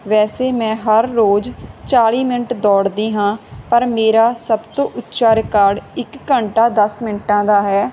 ਵੈਸੇ ਮੈਂ ਹਰ ਰੋਜ਼ ਚਾਲ੍ਹੀ ਮਿੰਟ ਦੌੜਦੀ ਹਾਂ ਪਰ ਮੇਰਾ ਸਭ ਤੋਂ ਉੱਚਾ ਰਿਕਾਰਡ ਇੱਕ ਘੰਟਾ ਦਸ ਮਿੰਟਾਂ ਦਾ ਹੈ